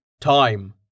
time